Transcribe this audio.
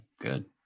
Good